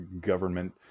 government